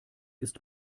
ist